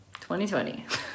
2020